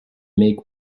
make